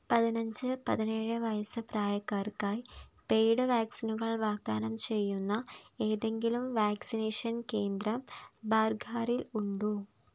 പതിനഞ്ച് പതിനേഴ് വയസ്സ് പ്രായക്കാർക്കായി പെയ്ഡ് വാക്സിനുകൾ വാഗ്ദാനം ചെയ്യുന്ന ഏതെങ്കിലും വാക്സിനേഷൻ കേന്ദ്രം ബർഖാറിൽ ഉണ്ടോ